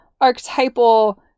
archetypal